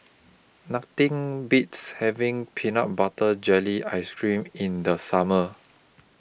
Nothing Beats having Peanut Butter Jelly Ice Cream in The Summer